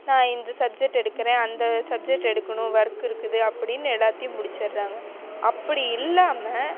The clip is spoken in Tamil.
நான் இந்த சப்ஜெக்ட் எடுக்கிறேன் அந்த சப்ஜெக்ட் எடுக்கணும் ஒர்க் இருக்குது அப்படின் எல்லாத்தையும் முடிச்சிடுறாங்க அப்படி இல்லாமல்